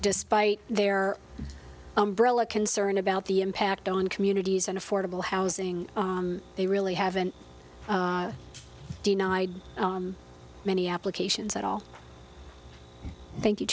despite their umbrella concern about the impact on communities and affordable housing they really haven't denied many applications at all thank you